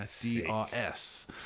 D-R-S